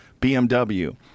BMW